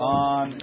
on